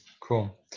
Cool